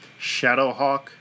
Shadowhawk